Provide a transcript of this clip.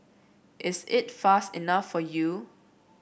is it fast enough for you